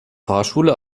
fahrschule